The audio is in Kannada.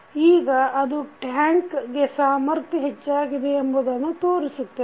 ಈಗ ಅದುಟ್ಯಾಂಕ್ ಸಾಮಥ್ಯ೯ ಹೆಚ್ಚಾಗಿದೆ ಎಂಬುದನ್ನು ತೋರಿಸುತ್ತದೆ